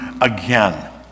again